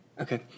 Okay